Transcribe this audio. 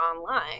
online